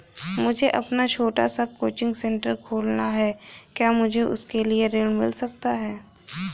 मुझे अपना छोटा सा कोचिंग सेंटर खोलना है क्या मुझे उसके लिए ऋण मिल सकता है?